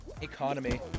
economy